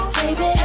baby